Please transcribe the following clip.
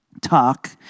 talk